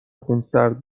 خونسرد